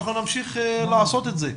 ואנחנו נמשיך לעשות את זה.